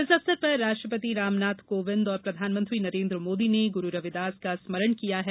इस अवसर पर राष्ट्रपति रामनाथ कोविंद और प्रधानमंत्री नरेन्द्र मोदी ने गुरु रविदास का स्मरण किया है